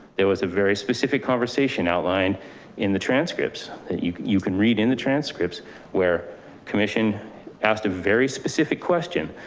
there was a very specific conference outlined in the transcripts that you you can read in the transcripts were commission asked a very specific question,